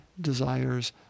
desires